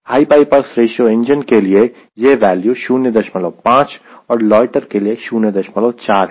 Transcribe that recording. high bypass ratio engine के लिए यह वैल्यू 05 और लोयटर के लिए 04 है